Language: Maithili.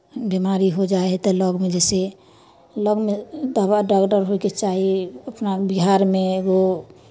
बिमारी हो जाइ हइ तऽ लगमे जइसे लगमे दबा डोगदर होइके चाही अपना बिहारमे एगो